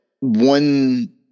one